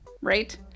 Right